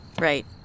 right